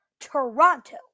toronto